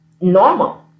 normal